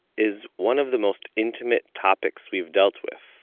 is one of the most intimate topics we've dealt with.